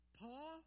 Paul